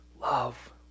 love